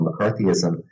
McCarthyism